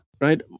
Right